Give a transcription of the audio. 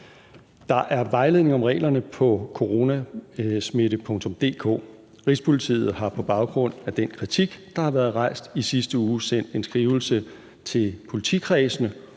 Der er vejledning om reglerne på www.coronasmitte.dk. Rigspolitiet har på baggrund af den kritik, der har været rejst i sidste uge, sendt en skrivelse til politikredsene